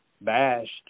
bashed